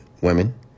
women